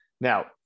Now